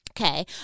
Okay